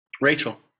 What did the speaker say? rachel